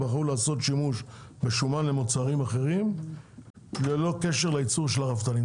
הם בחרו לעשות שימוש בשומן למוצרים אחרים ללא קשר לייצור של הרפתנים.